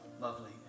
lovely